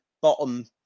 bottom